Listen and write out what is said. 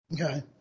Okay